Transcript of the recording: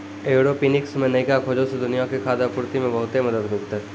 aeroponics मे नयका खोजो से दुनिया के खाद्य आपूर्ति मे बहुते मदत मिलतै